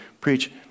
preach